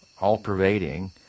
all-pervading